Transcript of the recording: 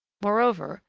moreover,